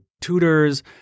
tutors